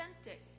authentic